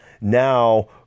now